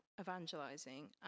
evangelizing